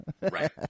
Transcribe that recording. Right